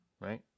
right